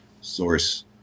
source